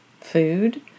food